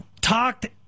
talked